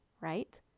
right